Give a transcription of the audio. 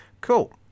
Cool